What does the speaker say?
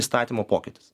įstatymo pokytis